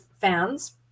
fans